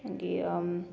मागी